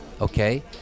okay